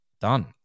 done